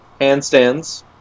Handstands